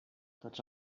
tots